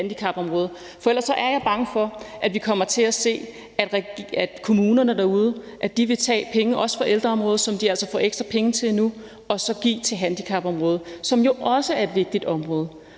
Ellers er jeg bange for, at vi kommer til at se, at kommunerne derude vil tage penge også fra ældreområdet, som de altså får ekstra penge til nu, og så give dem til handicapområdet, som jo også er et vigtigt område.